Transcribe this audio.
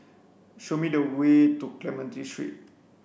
show me the way to Clementi Street